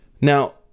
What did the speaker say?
Now